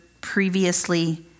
previously